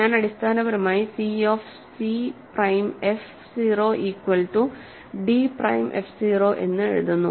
ഞാൻ അടിസ്ഥാനപരമായി C of C prime F 0 equal to D prime F 0 എന്ന് എഴുതുന്നു